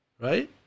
right